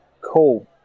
Cool